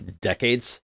decades